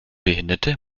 behinderte